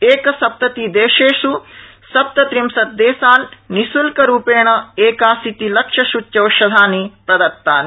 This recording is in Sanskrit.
एकसप्ततिदेशेष् सप्तत्रिशत् देशान् निश्ल्करूपेण एकाशीतिलक्ष सूच्यौषधानि प्रदत्तानि